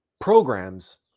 programs